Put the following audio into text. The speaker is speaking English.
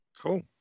cool